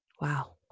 Wow